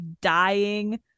dying